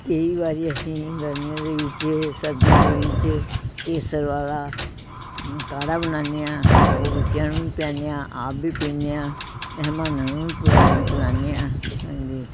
ਕਈ ਵਾਰ ਅਸੀਂ ਗਰਮੀਆਂ ਦੇ ਵਿੱਚ ਸਰਦੀਆਂ ਦੇ ਵਿੱਚ ਕੇਸਰ ਵਾਲਾ ਕਾੜਾ ਬਣਾਉਂਦੇ ਹਾਂ ਉਹ ਬੱਚਿਆਂ ਨੂੰ ਵੀ ਪਿਆਉਂਦੇ ਹਾਂ ਆਪ ਵੀ ਪੀਂਦੇ ਹਾਂ ਮਹਿਮਾਨਾ ਨੂੰ ਪਿਲਾ ਪਿਲਾਉਂਦੇ ਹਾਂ ਹਾਂਜੀ